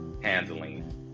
handling